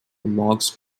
logs